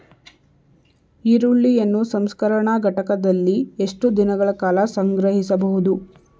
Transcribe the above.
ಈರುಳ್ಳಿಯನ್ನು ಸಂಸ್ಕರಣಾ ಘಟಕಗಳಲ್ಲಿ ಎಷ್ಟು ದಿನಗಳ ಕಾಲ ಸಂಗ್ರಹಿಸಬಹುದು?